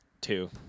Two